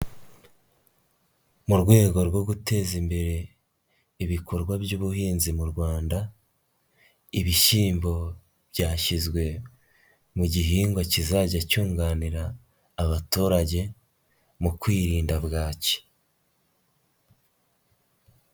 Mu rwego rwo guteza imbere, ibikorwa by'ubuhinzi mu Rwanda, Ibishyimbo byashyizwe mu gihingwa kizajya cyunganira abaturage, mu kwirinda bwaki.